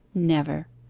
never.